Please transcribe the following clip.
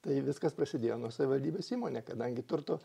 tai viskas prasidėjo nuo savivaldybės įmonė kadangi turto